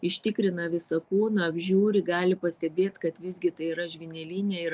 ištikrina visą kūną apžiūri gali pastebėt kad visgi tai yra žvynelinė ir